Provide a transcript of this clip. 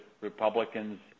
republicans